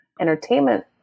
entertainment